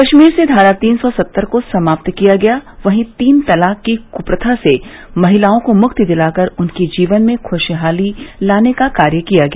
कश्मीर से धारा तीन सौ सत्तर को समाप्त किया गया वहीं तीन तलाक की कुप्रथा से महिलाओं को मुक्ति दिलाकर उनके जीवन में खुशहाली लाने का कार्य किया गया